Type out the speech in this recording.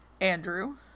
Andrew